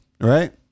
right